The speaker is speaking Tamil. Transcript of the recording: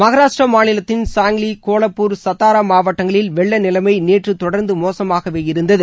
மகாராஷ்டிரா மாநிலத்தின் சாங்கிலி கோலாப்பூர் சத்தாரா மாவட்டங்களில் வெள்ள நிலைம் நேற்று தொடர்ந்து மோசமாகவே இருந்தது